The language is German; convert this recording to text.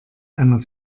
einer